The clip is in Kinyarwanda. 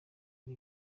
ari